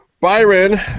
Byron